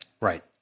right